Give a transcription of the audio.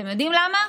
אתם יודעים למה?